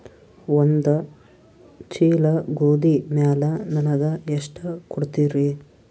ಒಂದ ಚೀಲ ಗೋಧಿ ಮ್ಯಾಲ ನನಗ ಎಷ್ಟ ಕೊಡತೀರಿ?